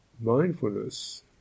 mindfulness